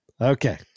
Okay